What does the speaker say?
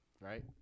Right